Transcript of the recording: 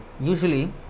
usually